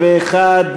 61,